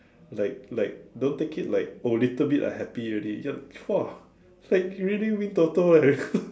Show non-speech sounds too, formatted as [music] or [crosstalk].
like like don't take it like oh little bit I happy already ya !wah! it's like you really win toto eh [laughs]